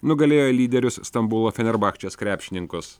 nugalėjo lyderius stambulo fenerbachčes krepšininkus